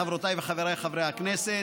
חברותיי וחבריי חברי הכנסת,